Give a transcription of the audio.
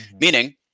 meaning